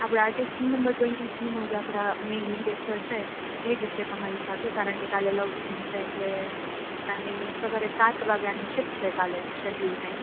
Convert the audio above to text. આપળા artist scene number twenty થ્રીમાં જો આપળા મેન લીડ એક્ટર છે એજ છે તમારી સાથે કારણ કે કાલે લવ સીન છે એટલે કાલે સવારે સાત વાગાની સિફ્ટ છે કાલે સેડ્યુલ ટાઈમ